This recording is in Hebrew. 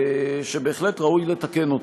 שבהחלט ראוי לתקן אותן.